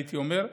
הייתי אומר.